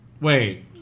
Wait